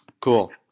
Cool